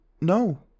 No